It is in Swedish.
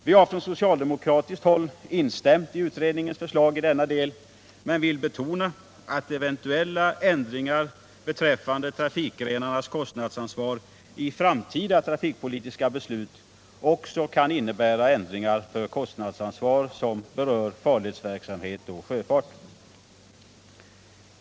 Vi har från socialdemokratiskt håll instämt i utredningens förslag i denna del, men vi vill betona att eventuella ändringar beträffande trafikgrenarnas kostnadsansvar i framtida trafikpolitiska beslut också kan innebära ändringar för kostnadsansvar som berör farledsverksamhet och sjöfart.